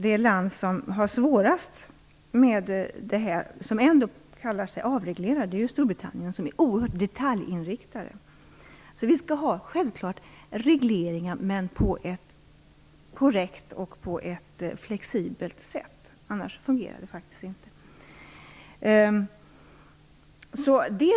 Det land som har svårast för detta - trots att det kallar sig avreglerat - är Storbritannien, som är oerhört detaljinriktat. Vi skall självklart ha regleringar, men på ett korrekt och flexibelt sätt. Annars fungerar det faktiskt inte.